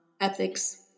ethics